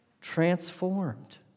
transformed